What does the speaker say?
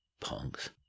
punks